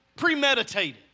premeditated